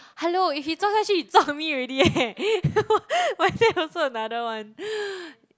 hello if he 撞下去撞 me already eh my dad also another one